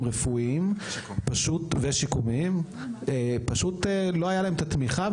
רפואיים ושיקומיים פשוט לא הייתה להם התמיכה,